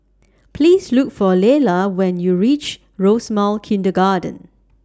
Please Look For Lella when YOU REACH Rosemount Kindergarten